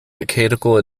mechanical